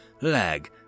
lag